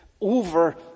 over